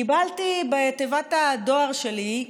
קיבלתי בתיבת הדואר שלי,